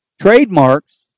trademarks